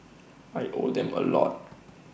I owe them A lot